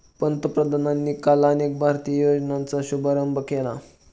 पंतप्रधानांनी काल अनेक भारतीय योजनांचा शुभारंभ केला